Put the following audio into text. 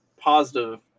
positive